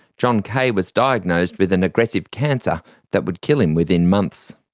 john kaye was diagnosed with an aggressive cancer that would kill him within months.